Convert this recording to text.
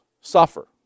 suffer